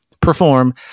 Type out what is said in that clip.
perform